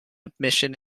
admission